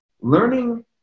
learning